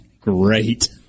great